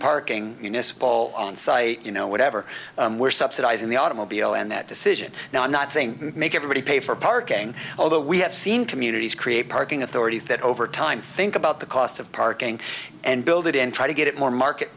ball on site you know whatever we're subsidizing the automobile and that decision now i'm not saying make everybody pay for parking although we have seen communities create parking authority that over time think about the cost of parking and build it and try to get it more market